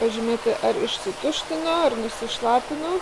pasižymėti ar išsituštino ar nusišlapo